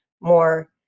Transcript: more